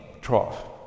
trough